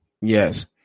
yes